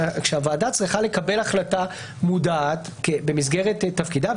כשהוועדה צריכה לקבל החלטה מודעת במסגרת תפקידה,